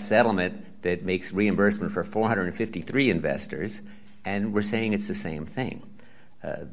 settlement that makes reimbursement for four hundred and fifty three investors and we're saying it's the same thing